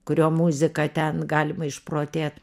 kurio muzika ten galima išprotėt